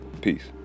Peace